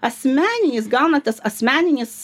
asmeninis gaunatės asmeninis